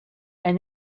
and